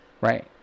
Right